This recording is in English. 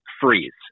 freeze